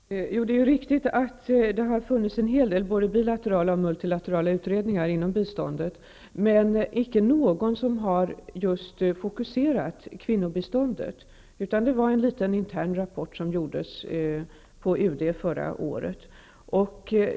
Herr talman! Det är riktigt att det funnits en hel del utredningar, både bilaterala och multilaterala, inom biståndet, men inte någon som har fokuserats på kvinnobiståndet. Det finns bara en liten, intern rapport som gjordes på UD förra året.